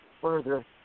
further